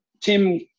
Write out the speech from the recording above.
Tim